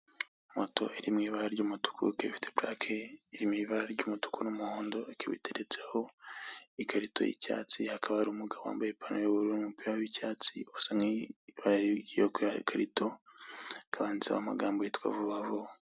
Moto iri mu ibara ry'umutuku ifite purake iri mu ibara ry'umutuku n'umuhondo, ikarito y'icyatsi, hakaba hari umugabo wambaye ipantaro y'ubururu n'umupira w'icyatsi, usa nk'ibara ry'iyo karito, hakaba handitseho amagambo yitwa vuba vuba.